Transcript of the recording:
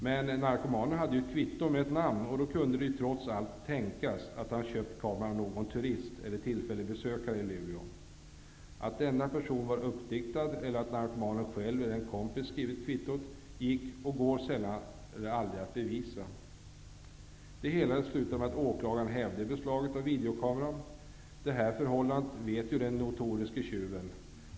Men narkomanen hade ju ett kvitto med ett namn, och då kunde det trots allt tänkas att han köpt kameran av någon turist eller tillfällig besökare i Luleå. Att denna person var uppdiktad eller att narkomanen själv eller en kompis skrivit kvittot, gick inte att bevisa -- det går sällan eller aldrig. Det hela slutade med att åklagaren hävde beslaget av videokameran. Den notoriske tjuven känner till det här förhållandet.